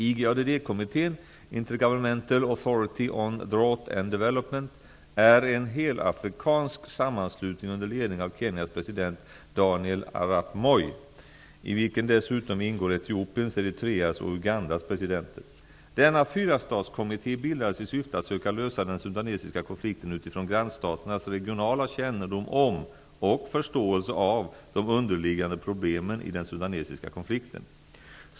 IGADD-kommittén är en helafrikansk sammanslutning under ledning av Kenyas president Denna fyrastatskommitté bildades i syfte att söka lösa den sudanesiska konflikten utifrån grannstaternas regionala kännedom om -- och förståelse av -- de underliggande problemen i den sudanesiska konflikten.